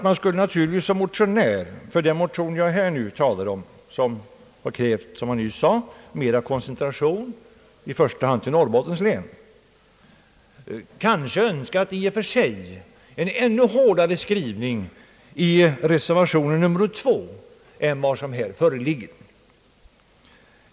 Man skulle naturligtvis som motionär — eftersom i motionen krävts, som jag sade, mera koncentration av verksamheten i första hand till Norrbottens län — ha önskat en ännu hårdare skrivning i reservationen nr 2 än som här föreligger.